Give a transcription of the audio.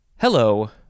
Hello